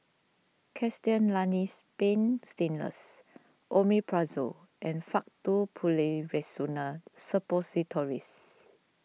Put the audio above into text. Castellani's Paint Stainless Omeprazole and Faktu Policresulen Suppositories